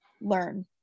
learn